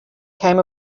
came